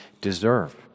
deserve